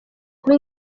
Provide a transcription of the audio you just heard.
kuba